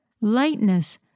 lightness